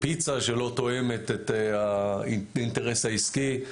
פיצה שלא תואמת את האינטרס העסקי,